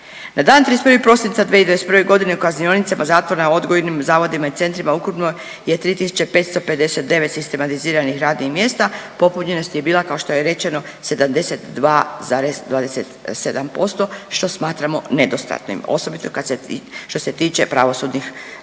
Na dan 31. prosinca 2021. u kaznionicama zatvora, odgojnim zavodima i centrima ukupno je 3.559 sistematiziranih radnih mjesta popunjenost je bila kao što je rečeno 72,27% što smatramo nedostatnim, osobito što se tiče pravosudnih